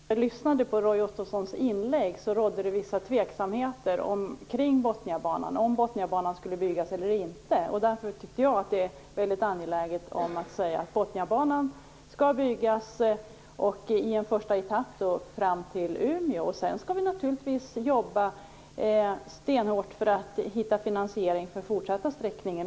Fru talman! Jag lyssnade på Roy Ottossons inlägg och tyckte att det rådde vissa tveksamheter kring om Botniabanan skulle byggas eller inte. Därför var det angeläget för mig att säga att Botniabanan skall byggas, i en första etapp fram till Umeå. Sedan skall vi naturligtvis jobba stenhårt för att hitta finansiering också för den fortsatta sträckningen.